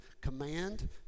command